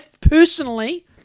personally